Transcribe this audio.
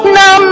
no